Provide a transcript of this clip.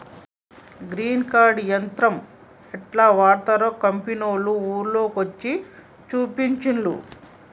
grain cart యంత్రం యెట్లా వాడ్తరో కంపెనోళ్లు ఊర్ల కొచ్చి చూపించిన్లు